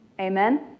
Amen